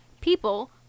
People